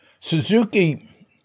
Suzuki